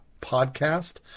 Podcast